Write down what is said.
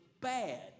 bad